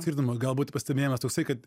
skirtumo galbūt pastebėjimas toksai kad